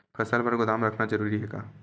फसल बर गोदाम रखना जरूरी हे का?